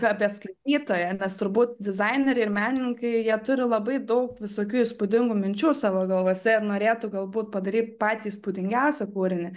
apie skaitytoją nes turbūt dizaineriai ir menininkai jie turi labai daug visokių įspūdingų minčių savo galvose ir norėtų galbūt padaryt patį įspūdingiausią kūrinį